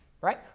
right